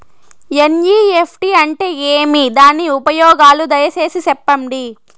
NEFT అంటే ఏమి? దాని ఉపయోగాలు దయసేసి సెప్పండి?